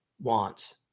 wants